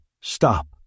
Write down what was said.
stop